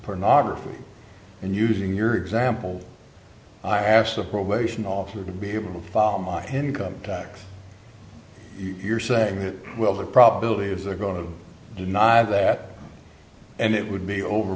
pornography and using your example i asked the probation officer to be able to follow martin income tax you're saying that well the probability is they're going to deny that and it would be